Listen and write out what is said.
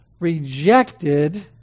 rejected